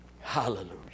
Hallelujah